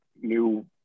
new